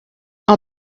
all